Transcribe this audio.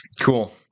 cool